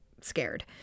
scared